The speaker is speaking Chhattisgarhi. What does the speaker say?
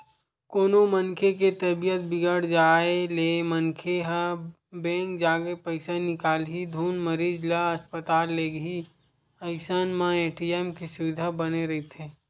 कोनो मनखे के तबीयत बिगड़ जाय ले मनखे ह बेंक जाके पइसा निकालही धुन मरीज ल अस्पताल लेगही अइसन म ए.टी.एम के सुबिधा बने रहिथे